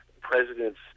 President's